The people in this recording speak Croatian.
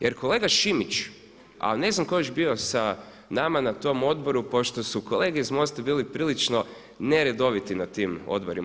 Jer kolega Šimić, a ne znam tko je još bio sa nama na tom odboru pošto su kolege iz MOST-a bili prilično neredoviti na tim odborima.